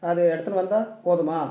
அது எடுத்துன்னு வந்தால் போதுமா